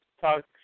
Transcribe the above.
talk